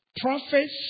prophets